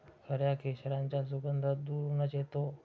खऱ्या केशराचा सुगंध दुरूनच येतो